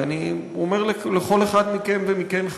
ואני אומר לכל אחד מכם ומכן,